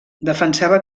defensava